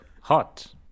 hot